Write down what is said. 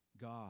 God